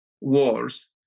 wars